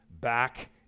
back